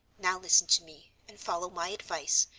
now listen to me and follow my advice,